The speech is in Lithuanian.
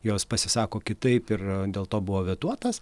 jos pasisako kitaip ir dėl to buvo vetuotas